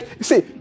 see